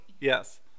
yes